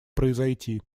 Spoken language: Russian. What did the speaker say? произойти